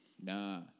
Nah